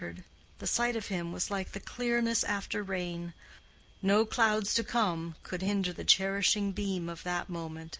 the sight of him was like the clearness after rain no clouds to come could hinder the cherishing beam of that moment.